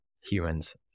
humans